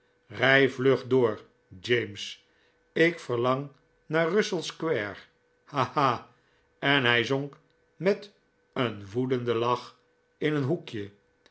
rij vlug door james ik verlang naar russell square ha ha en hij zonk met een woedenden lach in een hoekje